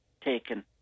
taken